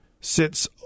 sits